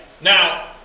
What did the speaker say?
Now